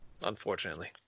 unfortunately